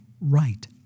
Right